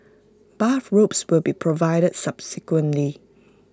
bathrobes will be provided subsequently